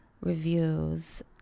reviews